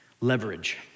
Leverage